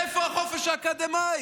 איפה החופש האקדמי?